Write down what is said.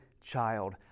child